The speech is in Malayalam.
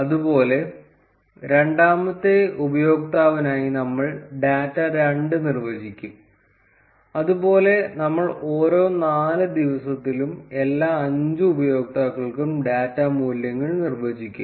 അതുപോലെ രണ്ടാമത്തെ ഉപയോക്താവിനായി നമ്മൾ ഡാറ്റ 2 നിർവ്വചിക്കും അതുപോലെ നമ്മൾ ഓരോ 4 ദിവസത്തിലും എല്ലാ 5 ഉപയോക്താക്കൾക്കും ഡാറ്റ മൂല്യങ്ങൾ നിർവ്വചിക്കും